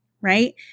right